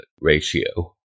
ratio